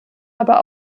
aber